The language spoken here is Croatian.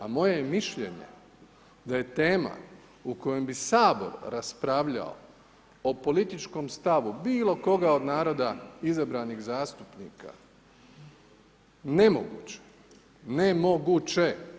A moje je mišljenje da je tema u kojoj bi Sabor raspravljao o političkom stavu bilo koga od naroda izabranih zastupnika nemoguće, nemoguće.